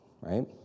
right